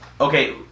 Okay